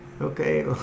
okay